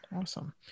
Awesome